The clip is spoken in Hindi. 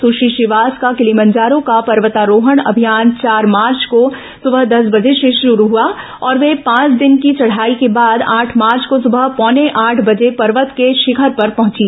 सुश्री श्रीवास का किलिमंजारो का पर्वतारोहण अभियान चार मार्च को सुबह दस बजे शुरू हुआ और वे पांच दिन की चढ़ाई के बाद आठ मार्च को सुबह पौने आठ बजे पर्वत के शिखर पर पहुंची